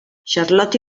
charlotte